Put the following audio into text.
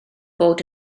bod